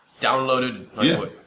downloaded